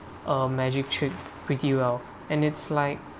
a magic trick pretty well and it's like